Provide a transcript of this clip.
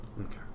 okay